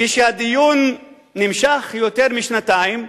כשהדיון נמשך יותר משנתיים,